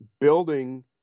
building –